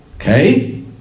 Okay